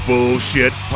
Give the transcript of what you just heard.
Bullshit